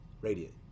Radiant